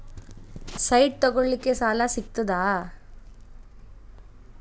Site ತಗೋಳಿಕ್ಕೆ ಸಾಲಾ ಸಿಗ್ತದಾ?